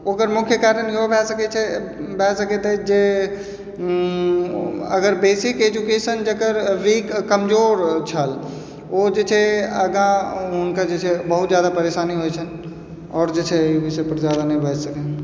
ओकर मुख्य कारण इहो भए सकै छै भए सकैत अछि जे अगर बेसिक एजुकेशन जेकर वीक कमजोर छल ओ जे छै आगाँ जे छै हुनका बहुत जादा परेशानी होइत छनि आओर जे छै ई सब पर जादा नहि बाजि सकैत छी